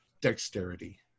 dexterity